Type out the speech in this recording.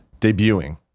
debuting